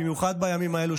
במיוחד בימים האלה,